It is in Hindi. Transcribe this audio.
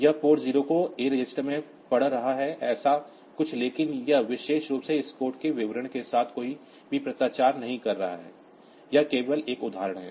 यह पोर्ट 0 को A रजिस्टर में पढ़ रहा है ऐसा कुछ लेकिन यह विशेष रूप से इस कोड के विवरण के साथ कोई भी पत्राचार नहीं है यह केवल एक उदाहरण है